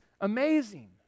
amazing